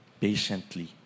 patiently